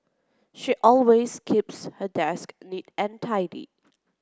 she always keeps her desk neat and tidy